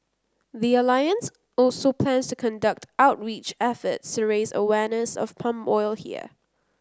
the alliance also plans to conduct outreach efforts to raise awareness of palm oil here